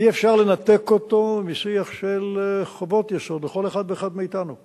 אי-אפשר לנתק אותו משיח של חובות יסוד של כל אחד ואחד מאתנו לקהילה,